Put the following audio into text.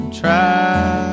try